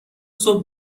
صبح